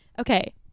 okay